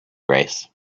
race